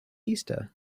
easter